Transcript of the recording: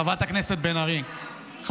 חברת הכנסת בן ארי,